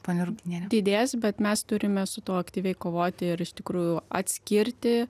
didės bet mes turime su tuo aktyviai kovoti ir iš tikrųjų atskirti